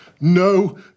no